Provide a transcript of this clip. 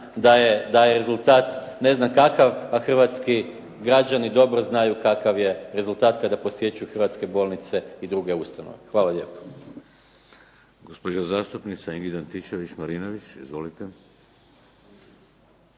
da je rezultat ne znam kakav, a hrvatski građani dobro znaju kakav je rezultat kada posjećuju hrvatske bolnice i druge ustanove. Hvala lijepo.